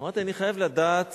אמרתי: אני חייב לדעת